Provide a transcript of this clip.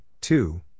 two